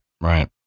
right